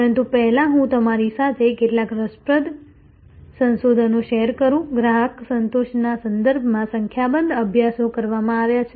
પરંતુ પહેલા હું તમારી સાથે કેટલાક રસપ્રદ સંશોધનો શેર કરું ગ્રાહક સંતોષના સંદર્ભમાં સંખ્યાબંધ અભ્યાસો કરવામાં આવ્યા છે